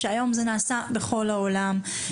שהיום זה נעשה בכל העולם,